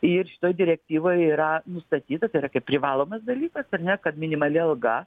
ir šitoj direktyvoj yra nustatyta tai yra kaip privalomas dalykas ar ne kad minimali alga